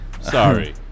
Sorry